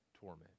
torment